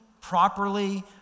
properly